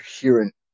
coherent